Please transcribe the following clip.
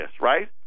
right